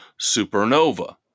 Supernova